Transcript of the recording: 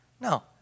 No